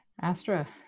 Astra